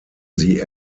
sie